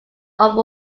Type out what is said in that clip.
over